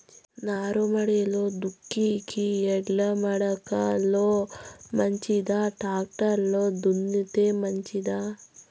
నారుమడిలో దుక్కి ఎడ్ల మడక లో మంచిదా, టాక్టర్ లో దున్నితే మంచిదా?